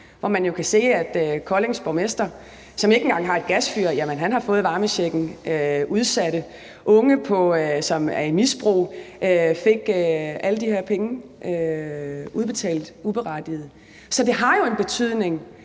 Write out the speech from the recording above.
hvor man jo kan se, at Koldings borgmester, som ikke engang har et gasfyr, har fået varmechecken. Udsatte unge, som er i misbrug, fik alle de her penge udbetalt uberettiget. Så det har jo en betydning